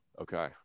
Okay